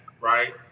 right